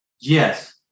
Yes